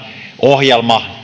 ohjelma